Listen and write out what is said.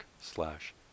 slash